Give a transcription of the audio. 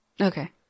Okay